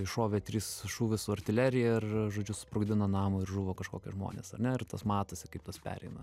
iššovė tris šūvius su artilerija ir žodžiu susprogdino namą ir žuvo kažkokie žmonės ne ir tas matosi kaip tas pereina